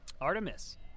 Artemis